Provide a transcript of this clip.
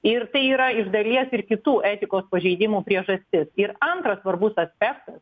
ir tai yra iš dalies ir kitų etikos pažeidimų priežastis ir antras svarbus aspektas